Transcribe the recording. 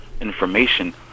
information